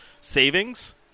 savings